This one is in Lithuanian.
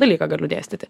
dalyką galiu dėstyti